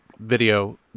video